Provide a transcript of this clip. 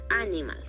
animals